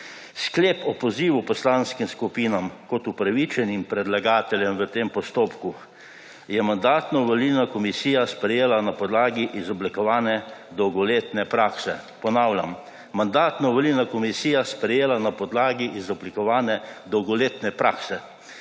Sklep o pozivu poslanskim skupinam, kot upravičenim predlagateljem v tem postopku, je Mandatno-volilna komisija sprejela na podlagi izoblikovane dolgoletne prakse.